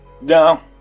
No